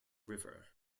river